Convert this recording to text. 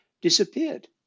disappeared